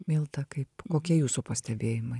milda kaip kokie jūsų pastebėjimai